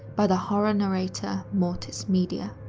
by the horror narrator mortis media.